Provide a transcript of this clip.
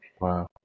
Wow